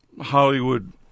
Hollywood